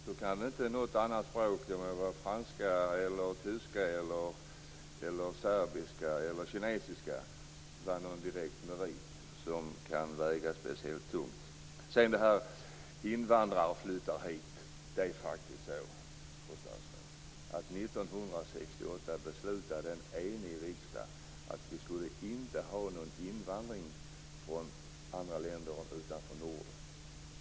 Då kan inte något annat språk - franska, tyska, serbiska eller kinesiska - vara någon direkt merit som kan väga speciellt tungt. Sedan vill jag säga något om invandringen till Sverige. Det är faktiskt så, fru statsråd, att en enig riksdag 1968 beslutade att vi inte skulle ha någon invandring till Sverige från länder utanför Norden.